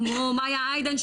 כמו מאיה אידן,